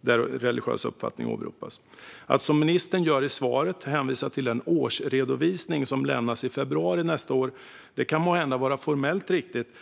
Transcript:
där religiös uppfattning åberopas. I svaret hänvisar ministern till den årsredovisning som lämnas i februari nästa år. Det är måhända formellt riktigt.